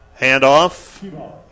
Handoff